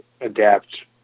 adapt